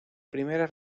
primera